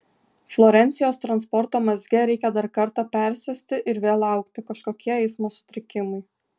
florencijos transporto mazge reikia dar kartą persėsti ir vėl laukti kažkokie eismo sutrikimai